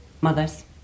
mother's